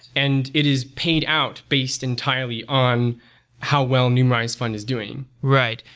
and it is paid out based entirely on how well numerai's fund is doing. right.